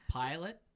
pilot